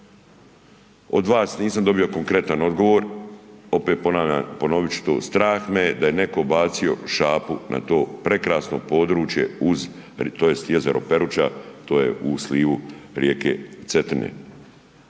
od vas nisam dobio konkretan odgovor, opet ponavljam i ponoviti ću to, strah me je da je netko bacio šapu na to prekrasno područje uz, tj. jezero Peruča to je u slivu rijeke Cetine.